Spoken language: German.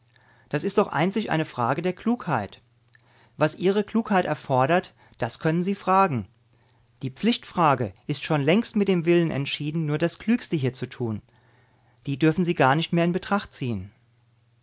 das ist doch einzig eine frage der klugheit was ihre klugheit erfordert das können sie fragen die pflichtfrage ist schon längst mit dem willen entschieden nur das klügste hier zu tun die dürfen sie gar nicht mehr in betracht ziehen